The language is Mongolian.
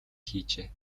хийжээ